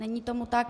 Není tomu tak.